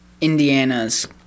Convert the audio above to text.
Indiana's